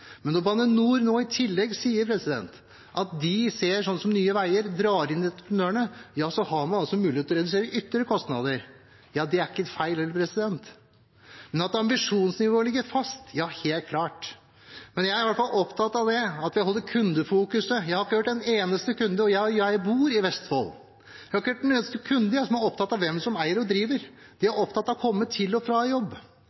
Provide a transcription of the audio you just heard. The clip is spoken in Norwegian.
Men når Bane NOR nå i tillegg sier at de, som Nye Veier, drar inn entreprenørene, har man mulighet til ytterligere å redusere kostnader. Det er ikke feil. Men at ambisjonsnivået ligger fast, er helt klart. Jeg er opptatt av at vi stiller kunden i fokus. Jeg har ikke hørt en eneste kunde – og jeg bor i Vestfold – som er opptatt av hvem som eier og driver, kundene er opptatt av å komme til og fra jobb. De er